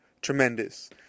tremendous